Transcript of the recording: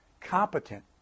competent